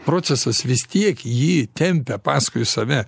procesas vis tiek jį tempia paskui save